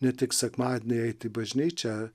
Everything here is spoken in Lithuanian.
ne tik sekmadienį eit į bažnyčią